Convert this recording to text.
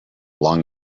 long